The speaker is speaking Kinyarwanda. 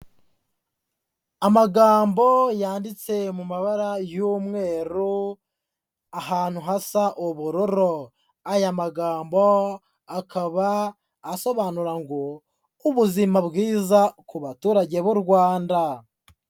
Amagambo yanditse mu mabara y'umweru, ahantu hasa ubururu. Aya magambo akaba asobanura ngo "Ubuzima bwiza ku baturage b'u Rwanda".